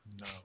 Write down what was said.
No